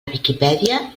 viquipèdia